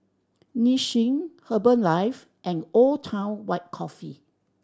Nissin Herbalife and Old Town White Coffee